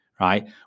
right